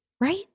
right